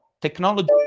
technology